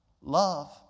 love